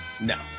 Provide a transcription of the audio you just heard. no